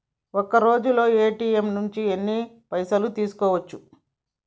ఒక్కరోజులో ఏ.టి.ఎమ్ నుంచి ఎన్ని పైసలు తీసుకోవచ్చు?